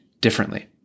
differently